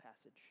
passage